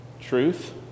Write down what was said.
truth